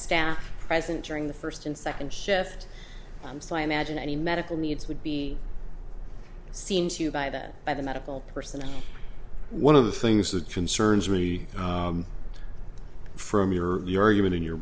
staff present during the first and second shift i'm so i imagine any medical needs would be seen to by that by the medical personnel one of the things that concerns really from your argument in your